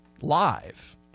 live